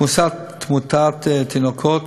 תמותת תינוקות,